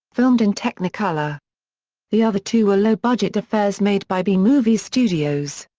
filmed in technicolor the other two were low-budget affairs made by b-movie studios.